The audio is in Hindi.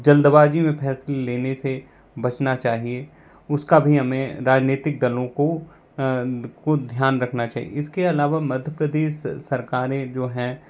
जल्दबाजी में फैसले लेने से बचना चाहिए उसका भी हमें राजनीतिक दलों को को ध्यान रखना चाहिए इसके अलावा मध्य प्रदेश सरकारें जो हैं